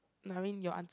like I mean your aunt's